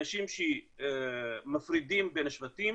אנשים שמפרידים בין השבטים